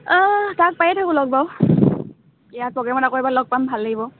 অঁ তাক পায়ে থাকোঁ লগ বাৰু ইয়াত প্ৰ'গ্ৰেমত আকৌ এবাৰ লগ পাম ভাল লাগিব